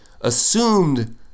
assumed